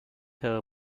her